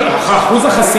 לא, אחוז החסימה?